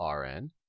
rn